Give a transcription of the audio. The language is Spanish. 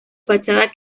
fachada